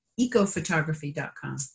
ecophotography.com